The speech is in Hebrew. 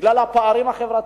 בגלל הפערים החברתיים,